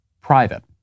private